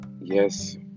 Yes